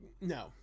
No